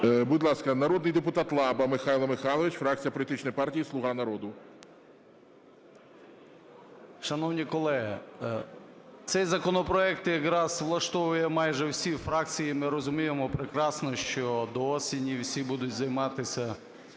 Будь ласка, народний депутат Лаба Михайло Михайлович, фракція політичної партії "Слуга народу". 11:48:36 ЛАБА М.М. Шановні колеги, цей законопроект якраз влаштовує майже всі фракції. І ми розуміємо прекрасно, що до осені всі будуть займатися